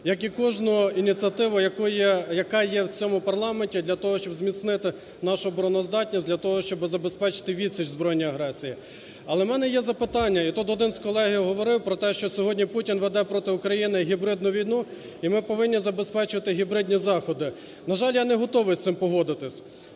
як і кожну ініціативу, яка є в цьому парламенті для того, щоб зміцнити нашу обороноздатність, для того, щоб забезпечити відсіч збройній агресії. Але в мене є запитання і тут один з колег говорив про те, що сьогодні Путін веде проти України гібридну війну, і ми повинні забезпечити гібридні заходи. На жаль, я не готовий із цим погодитися.